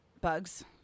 bugs